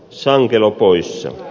sankelo poissa